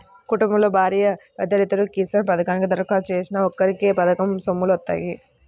కుటుంబంలో భార్యా భర్తలిద్దరూ కిసాన్ పథకానికి దరఖాస్తు చేసినా ఒక్కరికే పథకం సొమ్ములు వత్తాయి